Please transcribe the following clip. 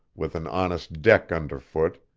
with an honest deck underfoot.